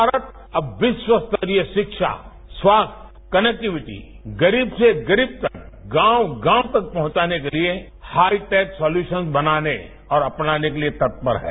भारत अब विश्वस्तरीय शिक्षा स्वास्थ्य कनेक्टिविटी गरीब से गरीब तक गांव गांव तक पहुंचाने के लिए हाइटेक सोल्यूशन बनाने और बनाने के लिए तत्पर है